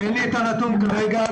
אין לי נתון כרגע.